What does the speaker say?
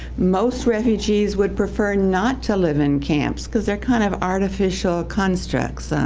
most refugees would prefer not to live in camps because they're kind of artificial constructs.